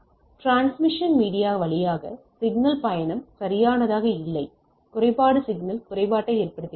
transmission media வழியாக signal பயணம் சரியானதாக இல்லை குறைபாடு சிக்னல் குறைபாட்டை ஏற்படுத்துகிறது